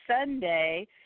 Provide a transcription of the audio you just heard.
Sunday